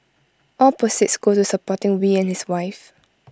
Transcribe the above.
all proceeds go to supporting wee and his wife